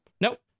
Nope